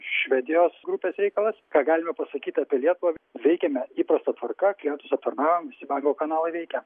švedijos grupės reikalas ką galime pasakyti apie lietuvą veikiame įprasta tvarka klientus aptarnaujam visi banko kanalai veikia